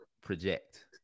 project